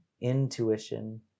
intuition